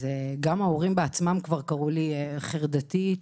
גם ההורים בעצמם קראו לי חרדתית,